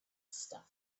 style